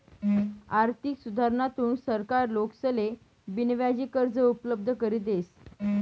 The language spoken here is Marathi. आर्थिक सुधारणाथून सरकार लोकेसले बिनव्याजी कर्ज उपलब्ध करी देस